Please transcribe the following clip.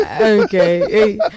Okay